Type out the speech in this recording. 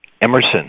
Emerson